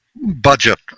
budget